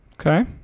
Okay